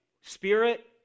spirit